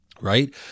Right